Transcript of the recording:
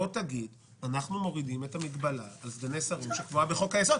בוא תגיד: אנחנו מורידים את המגבלה לסגני שרים שכבר בחוק-היסוד.